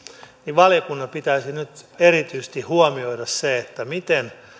valiokunnan pitäisi nyt erityisesti huomioida se miten